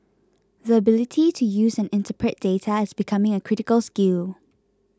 the ability to use and interpret data is becoming a critical skill